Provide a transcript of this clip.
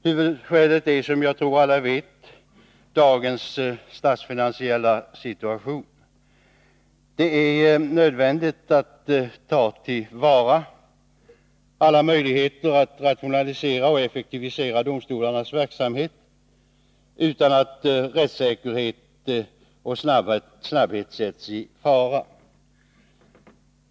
Huvudskälet är, som jag tror att alla vet, dagens statsfinansiella situation. Det är nödvändigt att ta till vara alla möjligheter att rationalisera och effektivisera domstolarnas verksamhet, utan att rättssäkerhet och snabbhet kommer i fara.